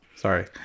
sorry